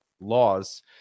laws